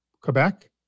Quebec